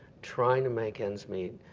trying to make ends meet,